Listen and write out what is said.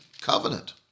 covenant